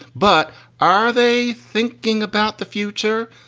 but are they thinking about the future?